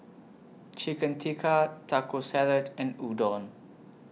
Chicken Tikka Taco Salad and Udon